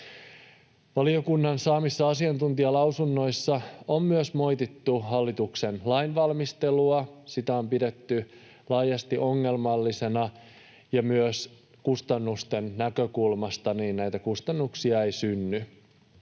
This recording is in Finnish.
Valiokunnan saamissa asiantuntijalausunnoissa on myös moitittu hallituksen lainvalmistelua. Sitä on pidetty laajasti ongelmallisena, ja myös kustannusten näkökulmasta: näitä kustannuksia ei synny.